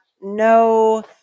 no